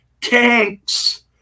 tanks